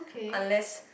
unless